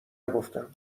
نگفتم